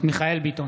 מיכאל מרדכי ביטון,